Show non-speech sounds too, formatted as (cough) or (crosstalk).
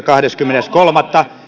(unintelligible) kahdeskymmenes kolmatta